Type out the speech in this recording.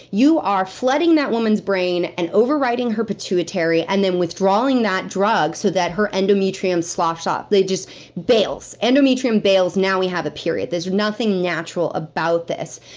you are flooding that woman's brain, and overriding her pituitary, and then withdrawing that drug, so that her endometrium sloughs off. they just bails, endometrium bails, then we have a period. there's nothing natural about this.